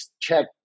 check